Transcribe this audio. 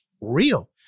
real